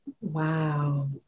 Wow